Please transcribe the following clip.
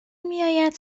میآید